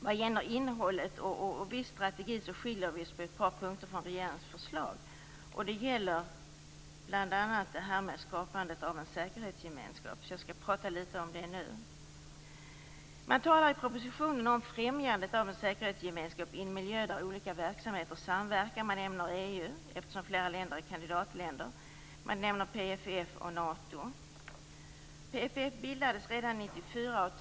Vad gäller innehållet och viss strategi skiljer vi oss dock på ett par punkter från regeringens förslag. Det gäller bl.a. skapandet av en säkerhetsgemenskap, vilket jag tänker prata litet grand om nu. Man talar i propositionen om främjandet av en säkerhetsgemenskap i en miljö där olika verksamheter samverkar. Man nämner EU, eftersom flera länder är kandidatländer, man nämner PFF och Nato. PFF bildades redan 1994.